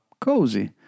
cozy